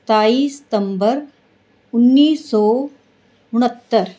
ਸਤਾਈ ਸਤੰਬਰ ਉੱਨੀ ਸੌ ਉਣਹੱਤਰ